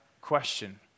question